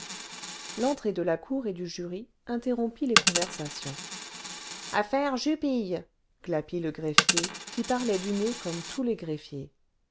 l'entrée de la cour et du jury interrompit les conversations affaire jupille glapit le greffier qui parlait du nez comme tous les greffiers